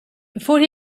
before